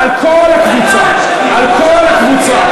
על כל הקבוצה, על כל הקבוצה.